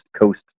Coast